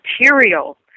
material